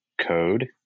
code